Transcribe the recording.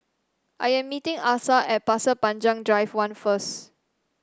I am meeting Asa at Pasir Panjang Drive One first